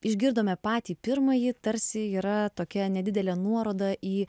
išgirdome patį pirmąjį tarsi yra tokia nedidelė nuoroda į